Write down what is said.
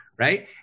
Right